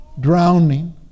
drowning